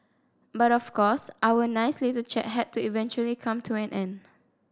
but of course our nice little chat had to eventually come to an end